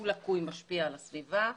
על הליך החקירה שניהל המשרד סביב סוגיה זו,